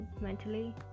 mentally